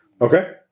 Okay